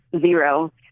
zero